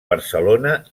barcelona